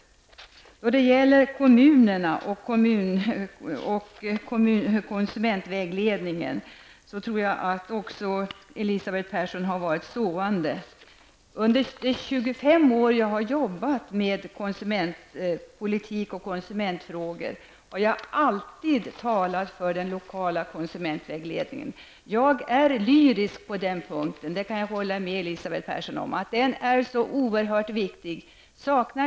Också då det gäller komunerna och konsumentvägledningen tror jag att Elisabeth Persson har varit sovande. Under de 25 år som jag har jobbat med konsumentpolitik och konsumentfrågor har jag alltid talat för den lokala konsumentvägledningen. Jag håller med om att jag är lyrisk på den punkten, Elisabeth Persson! Den lokala konsumentvägledningen är oerhört viktig.